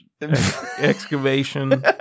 excavation